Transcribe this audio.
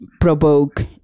provoke